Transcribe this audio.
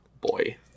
boy